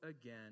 again